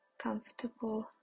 comfortable